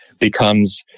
becomes